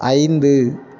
ஐந்து